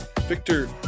Victor